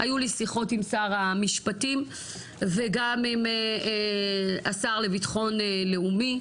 היו לי שיחות עם שר המשפטים וגם עם השר לביטחון לאומי,